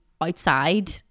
outside